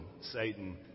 Satan